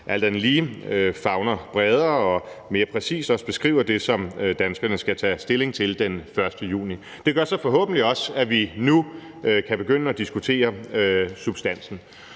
andet lige favner bredere og mere præcist og også beskriver det, som danskerne skal tage stilling til den 1. juni. Det gør så forhåbentlig også, at vi nu kan begynde at diskutere substansen.